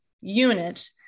unit